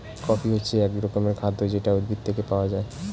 coffee হচ্ছে এক রকমের খাদ্য যেটা উদ্ভিদ থেকে পাওয়া যায়